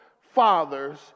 fathers